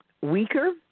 weaker